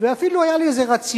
ואפילו היה לי איזה רציונל: